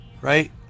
Right